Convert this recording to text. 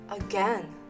again